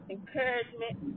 Encouragement